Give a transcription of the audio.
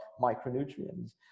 micronutrients